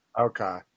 Okay